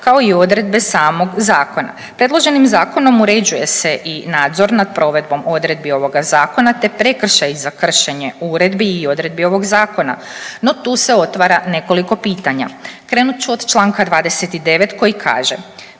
kao i odredbe samog zakona. Predloženim zakonom uređuje se i nadzor nad provedbom odredbi ovoga zakona, te prekršaji za kršenje uredbi i odredbi ovog zakona. No tu se otvara nekoliko pitanja. Krenut ću od čl. 29. koji kaže,